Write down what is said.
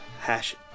hash